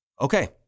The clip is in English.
Okay